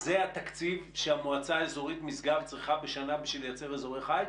זה התקציב שהמועצה האזורית משגב צריכה בשנה בשביל לייצר אזורי חיץ?